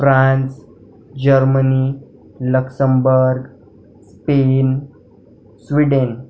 France Germany Luxembourg Spain Sweden